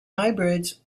hybrids